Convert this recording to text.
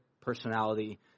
personality